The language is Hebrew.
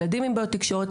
ילדים עם בעיות תקשורת,